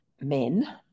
men